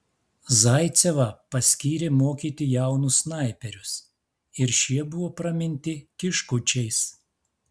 zaicevą paskyrė mokyti jaunus snaiperius ir šie buvo praminti kiškučiais